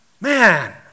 Man